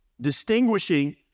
distinguishing